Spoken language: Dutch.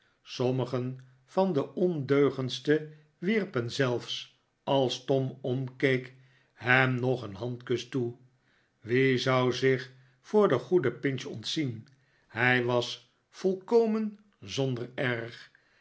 sommigen van de ondeugendste wierpen zelfs als tom omkeek hem nog een handkus toe wie zou zich voor den goeden pinch ontzien hij was volkomen zonder erg